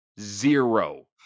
Zero